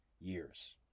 years